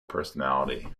personality